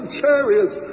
chariots